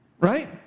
Right